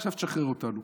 עכשיו תשחרר אותנו.